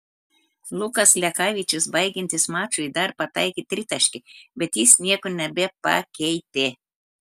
lukas lekavičius baigiantis mačui dar pataikė tritaškį bet jis nieko nebepakeitė